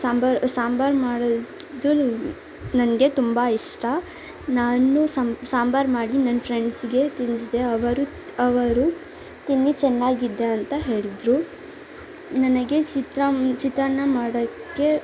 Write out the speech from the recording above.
ಸಾಂಬಾರು ಸಾಂಬಾರು ಮಾಡೋದು ನನಗೆ ತುಂಬ ಇಷ್ಟ ನಾನು ಸಮ್ ಸಾಂಬಾರು ಮಾಡಿ ನನ್ನ ಫ್ರೆಂಡ್ಸ್ಗೆ ತಿನ್ನಿಸ್ದೆ ಅವರು ಅವರು ತಿಂದು ಚೆನ್ನಾಗಿದ್ದೆ ಅಂತ ಹೇಳಿದ್ರು ನನಗೆ ಚಿತ್ರಾನ್ನ ಚಿತ್ರಾನ್ನ ಮಾಡೋಕ್ಕೆ